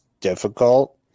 difficult